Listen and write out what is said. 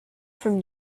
from